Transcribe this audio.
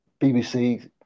BBC